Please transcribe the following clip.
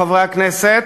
חברי הכנסת,